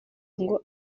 ngo